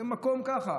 במקום שביעי,